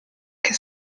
che